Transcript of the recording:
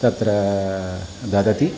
तत्र ददाति